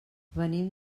venim